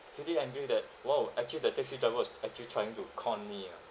pretty angry that !wow! actually the taxi driver was actually trying to con me ah